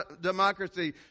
democracy